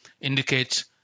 indicates